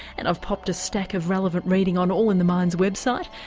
and i've popped a stack of relevant reading on all in the mind's website,